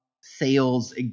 sales